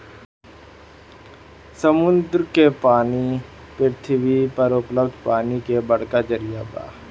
समुंदर के पानी पृथ्वी पर उपलब्ध पानी के बड़का जरिया बा